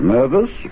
Nervous